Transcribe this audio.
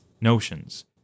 notions